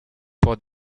pour